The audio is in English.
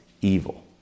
evil